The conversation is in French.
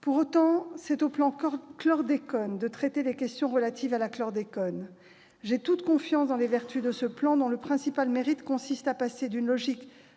Pour autant, c'est au plan chlordécone de traiter les questions relatives au chlordécone. J'ai toute confiance dans les vertus de ce plan, dont le principal mérite est de passer d'une logique